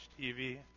TV